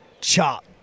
chop